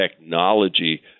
technology